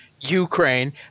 Ukraine